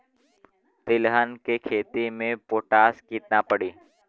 तिलहन के खेती मे पोटास कितना पड़ी?